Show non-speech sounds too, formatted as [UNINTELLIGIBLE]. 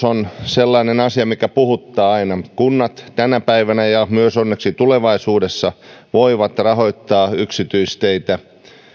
[UNINTELLIGIBLE] on sellainen asia mikä puhuttaa aina kunnat tänä päivänä ja onneksi myös tulevaisuudessa voivat rahoittaa yksityisteitä